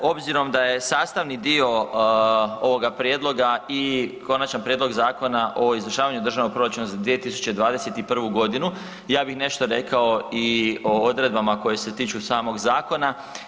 Obzirom da je sastavni dio ovoga prijedloga i Konačni prijedlog Zakona o izvršavanju Državnog proračuna za 2021. godinu ja bih nešto rekao i o odredbama koje se tiču samog zakona.